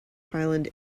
hyland